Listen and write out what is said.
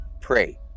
pray